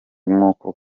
nk’uko